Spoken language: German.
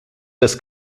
des